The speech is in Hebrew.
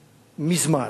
מזמן,